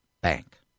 bank